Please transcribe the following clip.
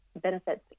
benefits